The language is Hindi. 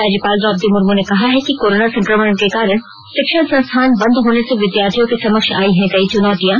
राज्यपाल द्रौपदी मुर्म ने कहा है कि कोरोना संक्रमण के कारण शिक्षण संस्थान बंद होने से विद्यार्थियों के समक्ष आयी हैं कई चुनौतियां